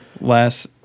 last